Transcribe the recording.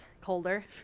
Colder